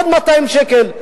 עוד 200 שקל?